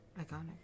Iconic